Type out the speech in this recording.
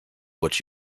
what